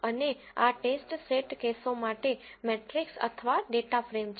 અને આ test set કેસો માટે મેટ્રિક્સ અથવા ડેટા ફ્રેમ છે